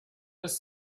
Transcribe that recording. was